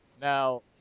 Now